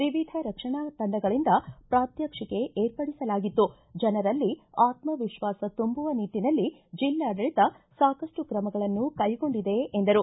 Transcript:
ವಿವಿಧ ರಕ್ಷಣಾ ತಂಡಗಳಂದ ಪ್ರಾತ್ವಕ್ಷಿಕೆ ಏರ್ಪಡಿಸಲಾಗಿತ್ತು ಜನರಲ್ಲಿ ಆತ್ಲವಿಶ್ವಾಸ ತುಂಬುವ ನಿಟ್ಟನಲ್ಲಿ ಜಿಲ್ಲಾಡಳಿತ ಸಾಕಷ್ಟು ತ್ರಮಗಳನ್ನು ಕೈಗೊಂಡಿದೆ ಎಂದರು